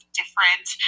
different